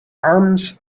arms